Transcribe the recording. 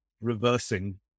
reversing